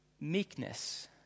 meekness